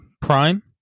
prime